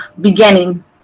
beginning